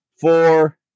four